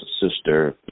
Sister